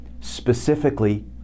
specifically